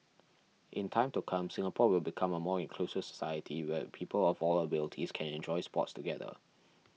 in time to come Singapore will become a more inclusive society where people of all abilities can enjoy sports together